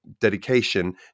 dedication